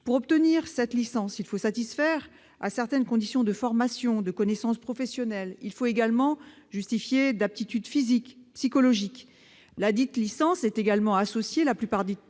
Pour obtenir cette licence, il faut satisfaire à certaines conditions de formation et de connaissances professionnelles. Il faut également justifier d'aptitudes physiques et psychologiques. La plupart du temps, ladite licence est également associée à des